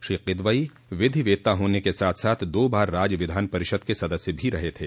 श्री किदवाई विधि वेत्ता होने के साथ साथ दो बार राज्य विधान परिषद के सदस्य भी रहे थे